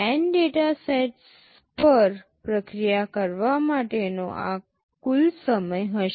N data sets પર પ્રક્રિયા કરવા માટેનો આ કુલ સમય હશે